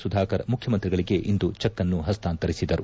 ಸುಧಾಕರ್ ಮುಖ್ಯಮಂತ್ರಿಗಳಿಗೆ ಇಂದು ಚೆಕ್ಅನ್ನು ಹಸ್ತಾಂತರಿಸಿದರು